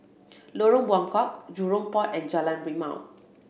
Lorong Buangkok Jurong Port and Jalan Rimau